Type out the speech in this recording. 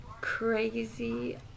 crazy